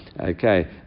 Okay